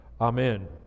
amen